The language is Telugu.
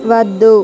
వద్దు